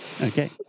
Okay